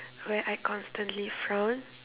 where I constantly frown